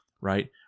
right